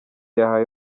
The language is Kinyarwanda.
yahawe